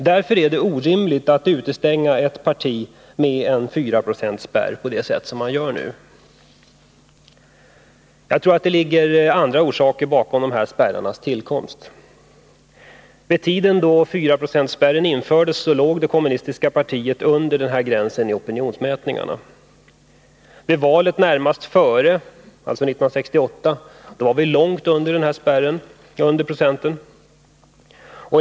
Därför är det orimligt att, som man nu gör, utestänga ett parti från riksdagen med en 4-procentsspärr. Jag tror att det är helt andra orsaker bakom spärrarnas tillkomst. Vid den tid då 4-procentsspärren infördes låg det kommunistiska partiet under denna gräns i opinionsmätningarna. Vid valet närmast före, alltså 1968, låg vi långt under dessa 4 96.